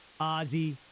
Ozzy